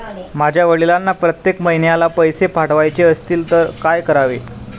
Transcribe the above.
माझ्या वडिलांना प्रत्येक महिन्याला पैसे पाठवायचे असतील तर काय करावे?